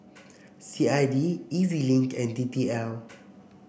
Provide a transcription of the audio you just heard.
C I D E Z Link and D T L